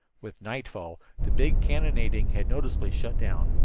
with nightfall the big cannonading had noticeably shut down,